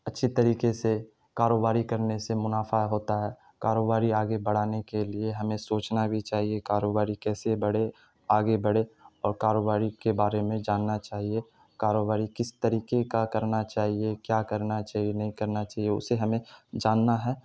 اچھی طریقے سے کاروباری کرنے سے منافع ہوتا ہے کاروباری آگے بڑھانے کے لیے ہمیں سوچنا بھی چاہیے کاروباری کیسے بڑھے آگے بڑھے اور کاروباری کے بارے میں جاننا چاہیے کاروباری کس طریقے کا کرنا چاہیے کیا کرنا چاہیے نہیں کرنا چاہیے اسے ہمیں جاننا ہے